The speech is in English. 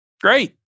great